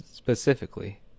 Specifically